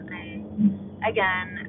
again